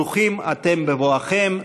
ברוכים אתם בבואכם.